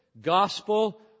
gospel